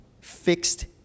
fixed